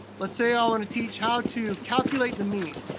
let's say i wanna teach how to calculate the mean.